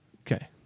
Okay